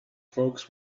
folks